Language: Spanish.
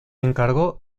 encargó